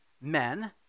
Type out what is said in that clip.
men